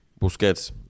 Busquets